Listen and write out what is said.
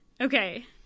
okay